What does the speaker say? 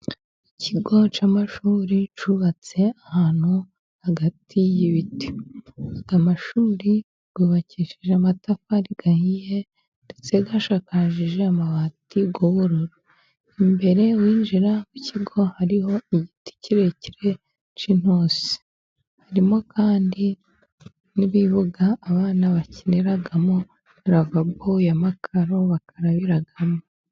Ikigo cy'amashuri cyubatse ahantu hagati y'ibiti. Amashuri yubakishije amatafari ahihe, ndetse ashakakaje amabati y'ubururu. Imbere winjira ku kigo hariho igiti kirekire k'inturusi. Harimo kandi n'ibibuga abana bakiniramo na lavabo y'amakaro bakarabiramo.